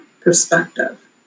perspective